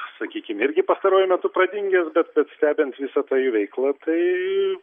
sakykim irgi pastaruoju metu pradingęs bet bet stebint visą tą jų veiklą tai